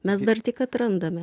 mes dar tik atrandame